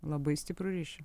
labai stiprų ryšį